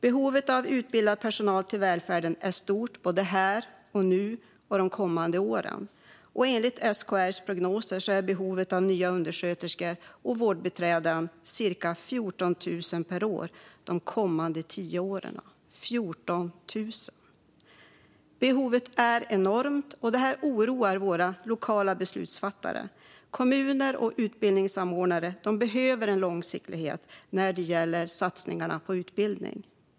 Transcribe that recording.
Behovet av utbildad personal till välfärden är stort både här och nu och de kommande åren. Enligt SKR:s prognoser kommer det att behövas cirka 14 000 nya undersköterskor och vårdbiträden per år de kommande tio åren. Behovet är enormt, och det här oroar våra lokala beslutsfattare. Kommuner och utbildningssamordnare behöver långsiktighet när det gäller satsningarna på utbildning.